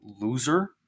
loser